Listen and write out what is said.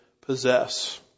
possess